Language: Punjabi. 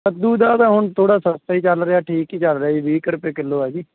ਕੱਦੂ ਦਾ ਤਾਂ ਹੁਣ ਥੋੜ੍ਹਾ ਸਸਤਾ ਹੀ ਚੱਲ ਰਿਹਾ ਠੀਕ ਹੀ ਚੱਲ ਰਿਹਾ ਜੀ ਵੀਹ ਕੁ ਰੁਪਏ ਕਿੱਲੋ ਆ ਜੀ